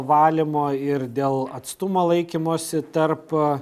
valymo ir dėl atstumo laikymosi tarp